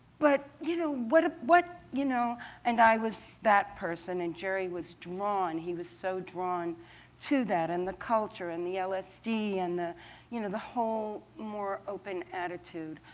but you know what? you know and i was that person. and gerry was drawn he was so drawn to that, and the culture, and the lsd, and the you know the whole more open attitude.